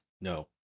no